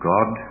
God